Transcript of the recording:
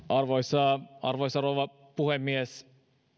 arvoisa arvoisa rouva puhemies